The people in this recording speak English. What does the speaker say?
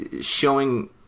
showing